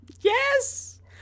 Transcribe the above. yes